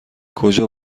کجا